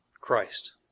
Christ